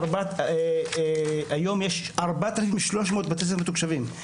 היום יש 4,300 בתי ספר מתוקשבים.